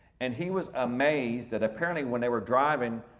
and he was amazed that apparently when they were driving,